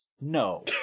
No